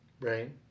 Right